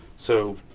so,